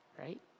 Right